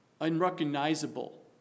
Unrecognizable